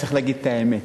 צריך להגיד את האמת,